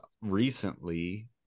recently